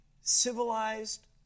civilized